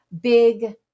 big